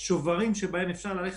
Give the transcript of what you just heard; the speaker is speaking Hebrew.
שוחחנו עם משה כחלון בשיחת